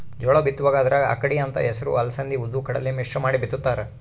ಜೋಳ ಬಿತ್ತುವಾಗ ಅದರಾಗ ಅಕ್ಕಡಿ ಅಂತ ಹೆಸರು ಅಲಸಂದಿ ಉದ್ದು ಕಡಲೆ ಮಿಶ್ರ ಮಾಡಿ ಬಿತ್ತುತ್ತಾರ